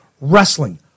wrestling